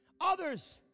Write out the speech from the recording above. Others